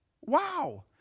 wow